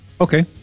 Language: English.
Okay